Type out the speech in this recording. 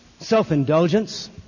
self-indulgence